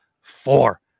four